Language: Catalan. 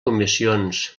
comissions